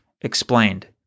explained